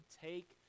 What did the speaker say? take